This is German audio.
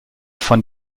von